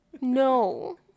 No